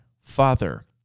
Father